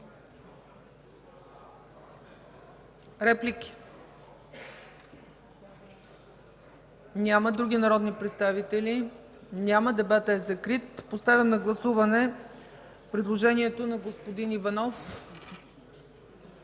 Реплики? Няма. Други народни представители? Няма. Дебатът е закрит. Поставям на гласуване предложението на господин Божинов